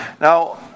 Now